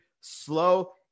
slow